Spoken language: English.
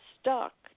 stuck